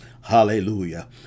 hallelujah